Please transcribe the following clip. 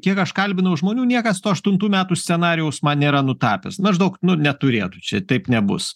kiek aš kalbinau žmonių niekas to aštuntų metų scenarijaus man nėra nutapęs maždaug nu neturėtų čia taip nebus